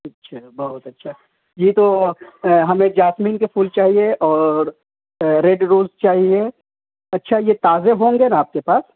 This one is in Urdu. اچھا بہت اچھا جی تو ہمیں جاسمین کے پھول چاہیے اور ریڈ روز چاہیے اچھا یہ تازے ہوں گے نا آپ کے پاس